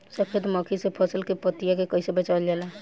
सफेद मक्खी से फसल के पतिया के कइसे बचावल जाला?